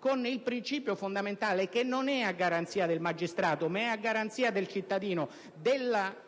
con il principio fondamentale - che non è a garanzia del magistrato, ma del cittadino - della